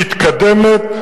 למכת מדינה.